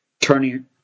turning